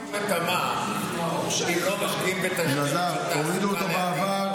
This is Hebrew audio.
איך אתה חושב שפעם הורידו את המע"מ,